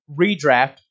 Redraft